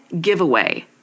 giveaway